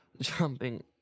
Jumping